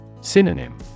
Synonym